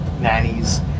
nannies